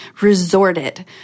resorted